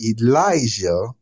Elijah